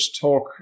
talk